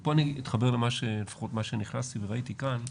ופה אני מתחבר למה שלפחות נכנסתי וראיתי כאן.